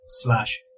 slash